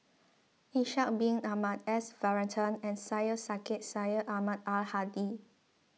Ishak Bin Ahmad S Varathan and Syed Sheikh Syed Ahmad Al Hadi